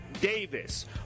Davis